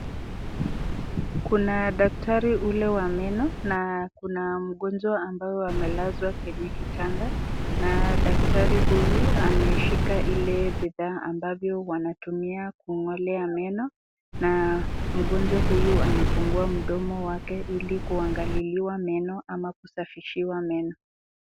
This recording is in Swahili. Kuna daktari ule wa meno na kuna mgonjwa ambao amelazwa kwenye kitanda na daktari huyu ameshika ile bidhaa ambavyo wanatumia kung'olea meno na mgonjwa huyu amefungua mdomo wake ili kuangaliliwa meno ama kusafishiwa meno.